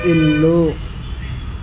ఇల్లు